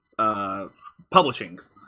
publishings